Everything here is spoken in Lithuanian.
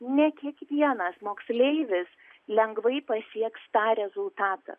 ne kiekvienas moksleivis lengvai pasieks tą rezultatą